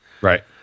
Right